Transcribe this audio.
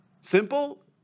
Simple